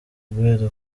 guhera